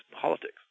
politics